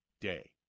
day